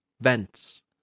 vents